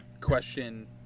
question